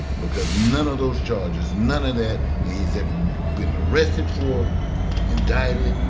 because none of those charges none of that he's ever been arrested for indicted,